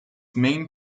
main